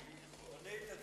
אותה,